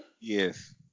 Yes